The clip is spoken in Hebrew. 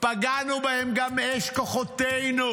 פגענו בהם גם באש כוחותינו.